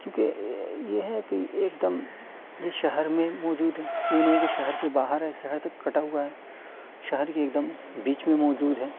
چونکہ یہ ہے کہ ایک دم ہی شہر میں موجود ہے یہ نہیں کہ شہر سے باہر ہے شہر سے کٹا ہوا ہے شہر کے ایک دم بیچ میں موجود ہے